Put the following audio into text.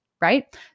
Right